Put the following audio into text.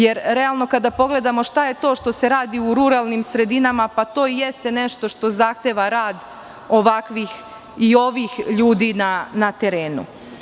Jer, realno, kada pogledamo šta je to što se radi u ruralnim sredinama, pa to i jeste nešto što zahteva rad ovakvih i ovih ljudi na terenu.